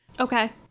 Okay